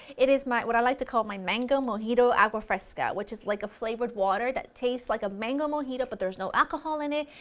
it is what i like to call my mango mojito agua fresca which is like a flavored water that tastes like a mango mojito but there's no alcohol in it,